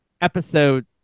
Episode